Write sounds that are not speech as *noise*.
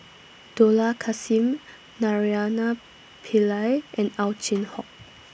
Dollah Kassim Naraina Pillai and Ow Chin *noise* Hock